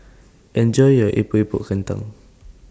Enjoy your Epok Epok Kentang